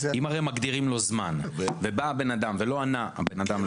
אם הרי מגדירים לו זמן ובא הבן אדם ולא ענה הבן אדם,